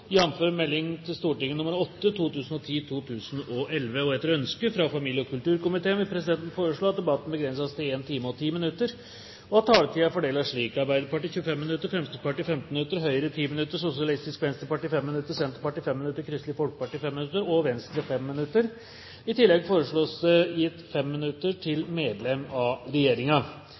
minutter, og at taletiden fordeles slik: Arbeiderpartiet 25 minutter, Fremskrittspartiet 15 minutter, Høyre 10 minutter, Sosialistisk Venstreparti 5 minutter, Senterpartiet 5 minutter, Kristelig Folkeparti 5 minutter og Venstre 5 minutter. I tillegg foreslås det gitt 5 minutter til medlem av